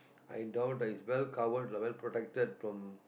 i doubt [ah he's well covered lah well protected from